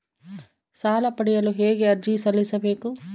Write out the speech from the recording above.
ಸಾಲ ಪಡೆಯಲು ಹೇಗೆ ಅರ್ಜಿ ಸಲ್ಲಿಸಬೇಕು?